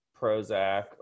Prozac